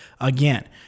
again